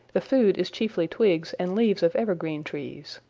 the food is chiefly twigs and leaves of evergreen trees.